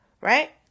right